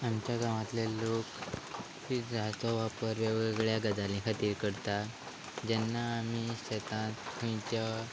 आमच्या गांवांतले लोक विजाचो वापर वेगवेगळ्या गजाली खातीर करता जेन्ना आमी शेतांत खंयच्या